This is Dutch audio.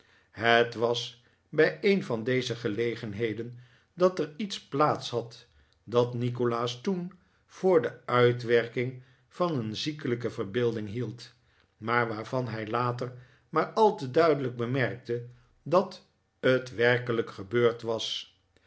het was bij een van deze gelegenheden dat er iets plaats had dat nikolaas toen voor de uitwerking van een ziekelijke verbeelding hield maar waarvan hij later maar al te duidelijk bemerkte dat het werkelijk gebeurd was